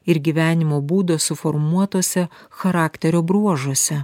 ir gyvenimo būdo suformuotose charakterio bruožuose